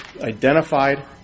identified